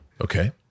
Okay